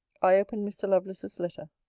i opened mr. lovelace's letter.